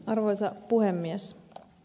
arvoisa puhemies